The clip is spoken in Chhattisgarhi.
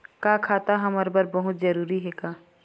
का खाता हमर बर बहुत जरूरी हे का?